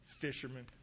fishermen